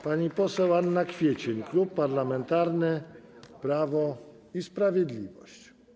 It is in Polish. Pani poseł Anna Kwiecień, Klub Parlamentarny Prawo i Sprawiedliwość.